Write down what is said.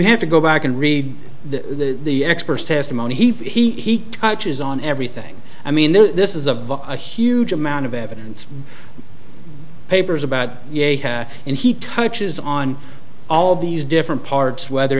have to go back and read the the expert testimony he touches on everything i mean this is of a huge amount of evidence papers about and he touches on all these different parts whether